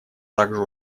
также